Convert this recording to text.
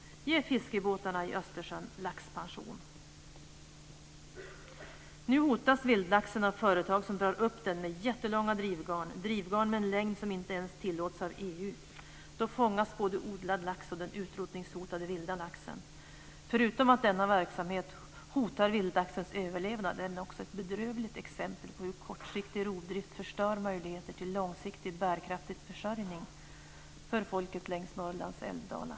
Ge fiskebåtarna i Östersjön laxpension! Nu hotas vildlaxen av företag som drar upp den med jättelånga drivgarn, med en längd som inte ens tillåts av EU. Då fångas både odlad lax och den utrotningshotade vilda laxen. Förutom att denna verksamhet hotar vildlaxens överlevnad är den också ett bedrövligt exempel på hur kortsiktig rovdrift förstör möjligheter till långsiktigt bärkraftig försörjning för folket längs Norrlands älvdalar.